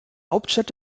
hauptstadt